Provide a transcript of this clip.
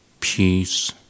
peace